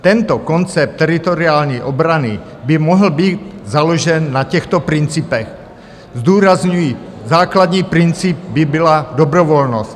Tento koncept teritoriální obrany by mohl být založen na těchto principech zdůrazňuji, základní princip by byla dobrovolnost.